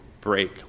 break